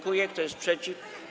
Kto jest przeciw?